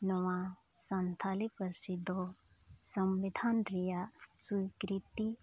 ᱱᱚᱣᱟ ᱥᱟᱱᱛᱷᱟᱞᱤ ᱯᱟᱹᱨᱥᱤ ᱫᱚ ᱥᱚᱝᱵᱤᱫᱷᱟᱱ ᱨᱮᱭᱟᱜ ᱥᱤᱠᱽᱠᱨᱤᱛᱤ